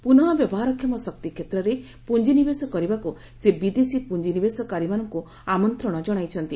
ପୁନଃ ବ୍ୟବହାରକ୍ଷମ ଶକ୍ତି କ୍ଷେତ୍ରରେ ପୁଞ୍ଜିନିବେଶ କରିବାକୁ ସେ ବିଦେଶୀ ପୁଞ୍ଜିନିବେଶକାରୀମାନଙ୍କୁ ଆମନ୍ତ୍ରଣ ଜଣାଇଛନ୍ତି